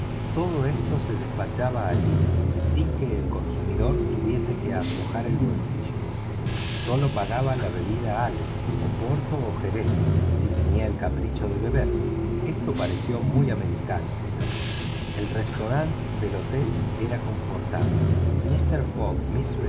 todo esto se despachaba allí sin que el consumídor tuviese que aflojar el bolsillo sólo pagaba la bebida ale oporto o jerez si tenía el capricho de beber esto pareció muy americano a picaporte el restaurante del hotel era confortable mister fogg